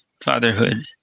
fatherhood